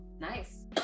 Nice